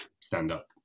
stand-up